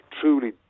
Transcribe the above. truly